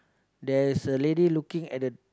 there's a lady looking at the